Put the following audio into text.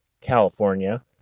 California